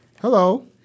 Hello